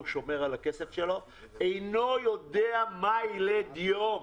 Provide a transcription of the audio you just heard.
שומר על הכסף שלו ואינו יודע מה ילד יום.